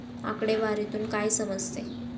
आकडेवारीतून काय समजते?